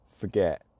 forget